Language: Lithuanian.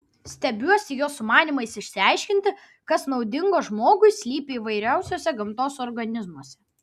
stebiuosi jo sumanymais išsiaiškinti kas naudingo žmogui slypi įvairiausiuose gamtos organizmuose